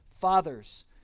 Fathers